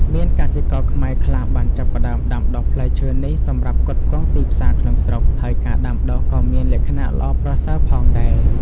មានកសិករខ្មែរខ្លះបានចាប់ផ្តើមដាំដុះផ្លែឈើនេះសម្រាប់ផ្គត់ផ្គង់ទីផ្សារក្នុងស្រុក ហើយការដាំដុះក៏មានលក្ខណៈល្អប្រសើរផងដែរ។